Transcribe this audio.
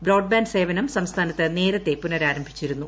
broadband സേവനം സംസ്ഥാനത്ത് നേരത്തെ പുനരാരംഭിച്ചിരുന്നു